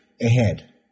ahead